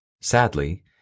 Sadly